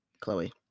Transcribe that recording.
Chloe